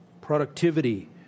productivity